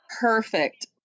perfect